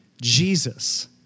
Jesus